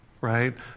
right